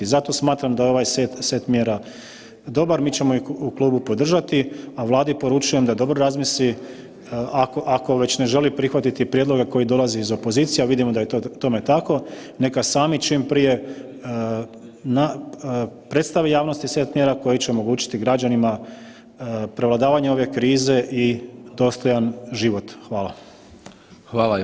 Zato smatram da je ovaj set mjera dobar, mi ćemo ih u klubu podržati, a Vladi poručujem da dobro razmisli ako već ne želi prihvatiti prijedloge koji dolaze iz opozicije, a vidimo da je tome tako, neka sami čim prije predstave javnosti set mjera koje će omogućiti građanima prevladavanje ove krize i dostojan život.